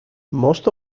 most